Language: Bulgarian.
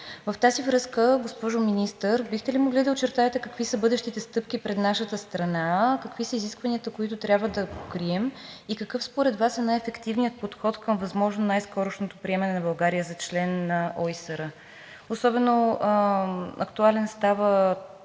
В тази връзка, госпожо Министър, бихте ли могли да очертаете какви са бъдещите стъпки пред нашата страна, какви са изискванията, които трябва да покрием, и какъв според Вас е най ефективният подход към възможно най-скорошното приемане на България за член на ОИСР? Особено актуален става